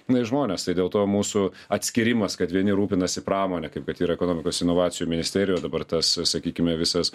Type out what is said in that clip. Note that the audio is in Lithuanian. na ir žmonės tai dėl to mūsų atskyrimas kad vieni rūpinasi pramone kaip kad yra ekonomikos inovacijų ministerijos dabar tas sakykime visas